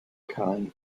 cay